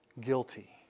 guilty